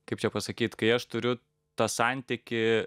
kaip čia pasakyt kai aš turiu tą santykį